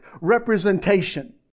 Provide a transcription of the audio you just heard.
representation